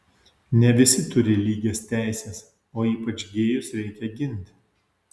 ne visi turi lygias teises o ypač gėjus reikia ginti